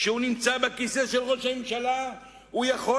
כשהוא נמצא בכיסא של ראש הממשלה הוא יכול